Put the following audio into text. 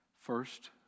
First